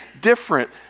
different